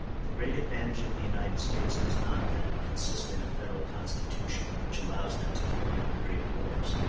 the great advantage of the united states does not, then, consist in a federal constitution which allows them to carry on great wars,